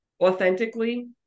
authentically